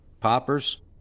poppers